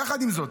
יחד עם זאת,